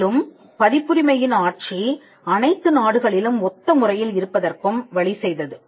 மேலும் பதிப்புரிமையின் ஆட்சி அனைத்து நாடுகளிலும் ஒத்த முறையில் இருப்பதற்கும் வழிசெய்தது